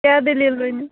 کیٛاہ دٔلیٖل ؤنِو